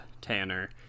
Tanner